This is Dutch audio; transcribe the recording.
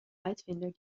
uitvinder